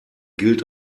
gilt